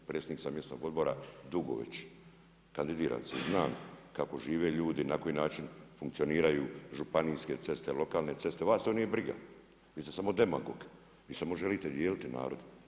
Predsjednik sam mjesnog odbora dugo već, kandidiram se i znam kako žive ljudi i na koji način funkcioniraju županijske ceste, lokalne ceste, vas to nije briga vi ste samo demagog, vi samo želite dijeliti narod.